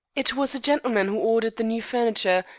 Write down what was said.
it was a gentleman who ordered the new furniture,